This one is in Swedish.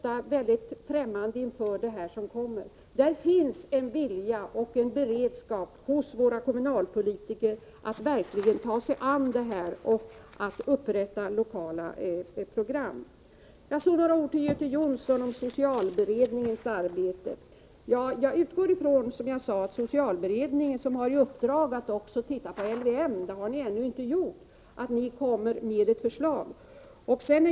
Man står ofta mycket främmande inför det som kommer, men det finns en vilja och en beredskap hos våra kommunalpolitiker för att verkligen ta sig an detta och upprätta lokala program. Så några ord till Göte Jonsson om socialberedningens arbete. Jag utgår alltså från att socialberedningen, som har i uppdrag att också titta på LVM — det har ni ännu inte gjort — kommer med ett förslag.